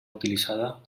utilitzada